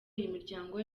imiryango